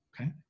okay